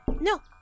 No